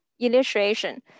Illustration